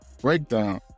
Breakdown